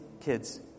kids